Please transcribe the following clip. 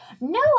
No